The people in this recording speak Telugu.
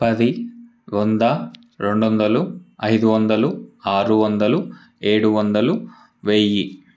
పది వంద రెండు వందలు ఐదు వందలు ఆరు వందలు ఏడు వందలు వెయ్యి